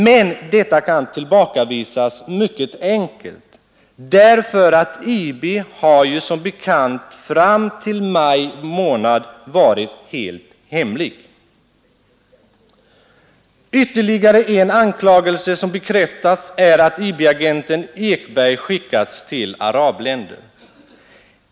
Men detta kan tillbakavisas mycket enkelt därför att IB som bekant fram till maj månad har varit helt hemlig. Ytterligare en anklagelse som bekräftats är att IB-agenten Ekberg skickats till arabländer.